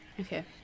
Okay